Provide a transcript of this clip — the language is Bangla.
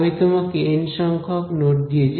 আমি তোমাকে N সংখ্যক নোড দিয়েছি